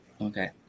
Okay